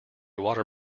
water